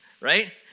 Right